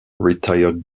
retired